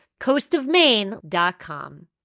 coastofmaine.com